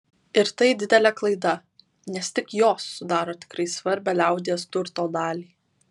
ir tai didelė klaida nes tik jos sudaro tikrai svarbią liaudies turto dalį